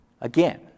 Again